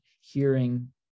hearing